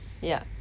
yeah